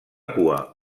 cua